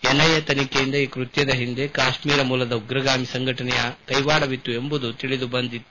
NIA ತನಿಖೆಯಿಂದ ಈ ಕೃತ್ವದ ಹಿಂದೆ ಕಾಶ್ವೀರ ಮೂಲದ ಉಗ್ರಗಾಮಿ ಸಂಘಟನೆಯ ಕೈವಾಡವಿತ್ತು ಎಂಬುದು ತಿಳಿದು ಬಂದಿತ್ತು